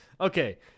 Okay